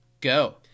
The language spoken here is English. go